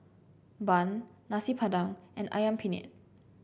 Bun Nasi Padang and ayam Penyet